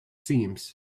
seams